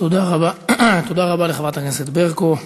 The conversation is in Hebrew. תודה רבה לחברת הכנסת ברקו.